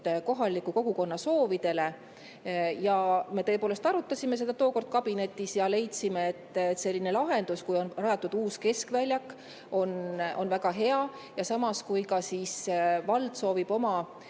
kohaliku kogukonna soovidele. Me arutasime seda tookord kabinetis ja leidsime, et selline lahendus, kui on rajatud uus keskväljak, on väga hea. Ja kui vald soovib oma